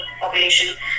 population